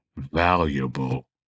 valuable